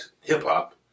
hip-hop